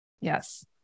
Yes